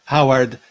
Howard